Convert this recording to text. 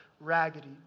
raggedy